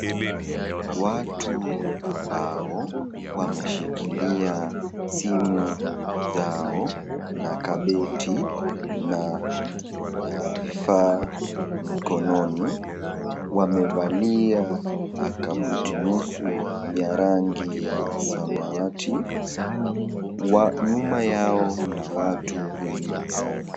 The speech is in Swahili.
Watu ambao wameshikilia simu zao na kabeti na vifaa mkononi, wamevalia kabuti nusu ya rangi ya samawati, nyuma yao mna watu wengi sana,.